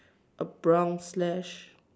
a brown slash